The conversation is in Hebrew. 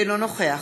אינו נוכח